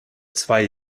zwei